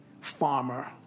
farmer